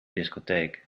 discotheek